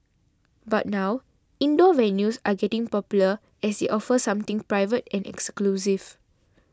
but now indoor venues are getting popular as they offer something private and exclusive